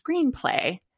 screenplay